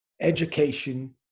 education